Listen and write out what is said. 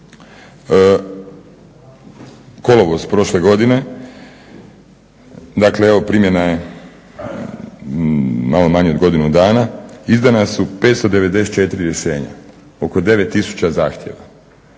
kolovoz prošle godine, dakle evo primjena je malo manje od godinu dana, izdana su 594 rješenja, a oko 9 tisuća zahtjeva.